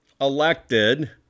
elected